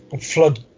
flood